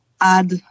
add